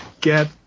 get